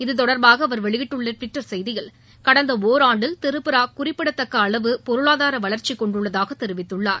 இத்தொடர்பாக அவர் வெளியிட்டுள்ள டுவிட்டர் செய்தியில் கடந்த ஒராண்டில் திரிபுரா குறிப்பிடத்தக்க அளவு பொருளாதார வளர்ச்சி கொண்டுள்ளதாக தெரிவித்துள்ளார்